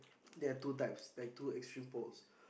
there are two types like two extreme poles